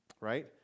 right